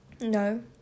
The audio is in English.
No